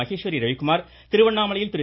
மகேஸ்வரி ரவிக்குமார் திருவண்ணாமலையில் திரு